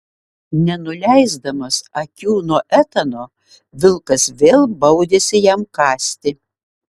nenuleisdamas akių nuo etano vilkas vėl baudėsi jam kąsti